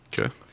Okay